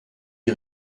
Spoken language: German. die